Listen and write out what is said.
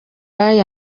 bayi